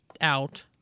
out